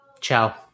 Ciao